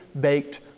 baked